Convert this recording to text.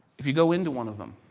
if we go into one of them,